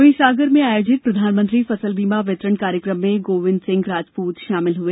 वहीं सागर में आयोजित प्रधानमंत्री फसल बीमा वितरण कार्यक्रम में गोविंद सिंह राजप्रत शामिल हुए